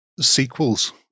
sequels